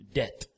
death